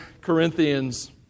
Corinthians